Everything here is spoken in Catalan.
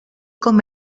com